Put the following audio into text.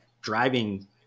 driving